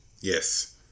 Yes